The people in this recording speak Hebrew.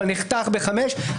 אבל נחתך בחמישה,